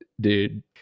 dude